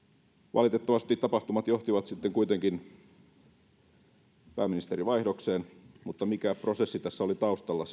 valitettavasti tapahtumat johtivat sitten kuitenkin pääministerivaihdokseen mutta se mikä prosessi tässä oli taustalla